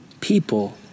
people